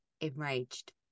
Enraged